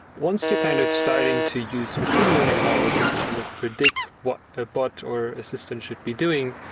once you're kind of starting to use machine learning models to kind of predict what a bot or assistant should be doing,